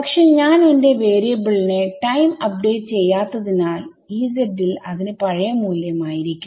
പക്ഷെ ഞാൻ എന്റെ വാരിയബിളിനെ ടൈം അപ്ഡേറ്റ് ചെയ്യാത്തതിനാൽ Ez ൽ അതിന് പഴയ മൂല്യം ആയിരിക്കും